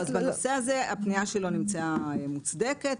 בנושא הזה הפנייה שלו נמצאה מוצדקת